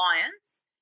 clients